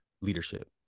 leadership